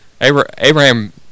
Abraham